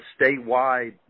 statewide